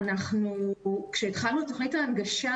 כשהתחלנו את תכנית ההנגשה